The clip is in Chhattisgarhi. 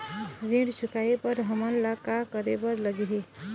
ऋण चुकाए बर हमन ला का करे बर लगही?